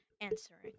answering